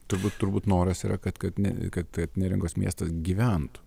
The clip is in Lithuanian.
turbūt turbūt noras yra kad kad ne kad kad neringos miestas gyventų